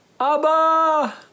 Abba